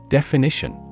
Definition